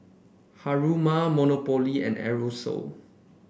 Haruma Monopoly and Aerosoles